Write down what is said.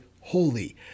holy